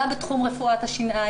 גם בתחום רפואת השיניים,